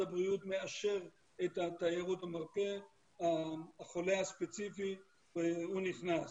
הבריאות מאשר את תיירות המרפא החולה הספציפי נכנס.